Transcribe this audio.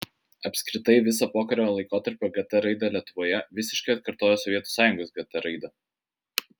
apskritai visa pokario laikotarpio gt raida lietuvoje visiškai atkartoja sovietų sąjungos gt raidą